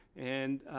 and